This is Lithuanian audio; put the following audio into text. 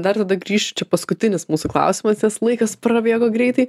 dar tada grįšiu čia paskutinis mūsų klausimas nes laikas prabėgo greitai